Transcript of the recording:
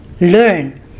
learn